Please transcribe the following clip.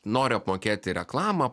noriu apmokėti reklamą